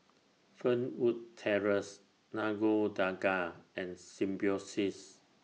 Fernwood Terrace Nagore Dargah and Symbiosis